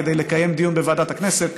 כדי לקיים דיון בוועדת הכנסת,